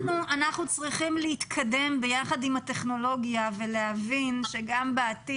אנחנו צריכים להתקדם ביחד עם הטכנולוגיה ולהבין שגם בעתיד